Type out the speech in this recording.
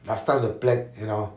last time the plague you know